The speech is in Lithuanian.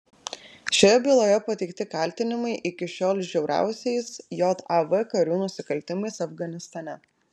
šioje byloje pateikti kaltinimai iki šiol žiauriausiais jav karių nusikaltimais afganistane